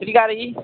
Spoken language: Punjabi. ਸਤਿ ਸ਼੍ਰੀ ਅਕਾਲ ਜੀ